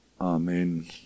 Amen